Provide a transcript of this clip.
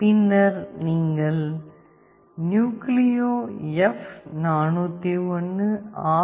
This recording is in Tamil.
பின்னர் நீங்கள் நியூக்ளியோ எப்401ஆர்